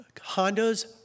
Honda's